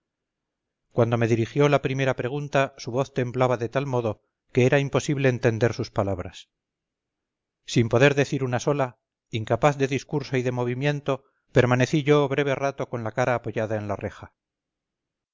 cuando me dirigió la primera pregunta su voz temblaba de tal modo que era imposible entender sus palabras sin poder decir una sola incapaz de discurso y de movimiento permanecí yo breve rato con la cara apoyada en la reja